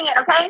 okay